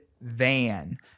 van